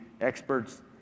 experts